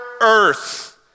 earth